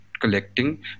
collecting